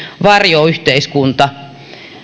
varjoyhteiskunta